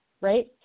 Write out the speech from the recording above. right